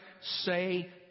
say